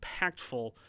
impactful